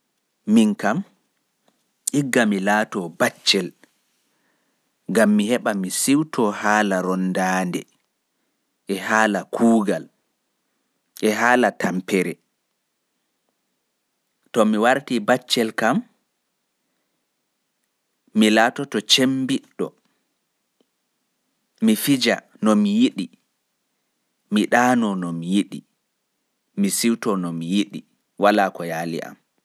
Ndikka mi laato baccel gam mi siwto haala rondaande e kuugal e tampere. Gam mi laato cemmbiɗɗo, mi fija, mi ɗaano, mi siwto no mi yiɗi.